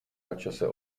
načase